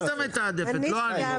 את המתעדפת, לא אני.